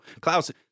Klaus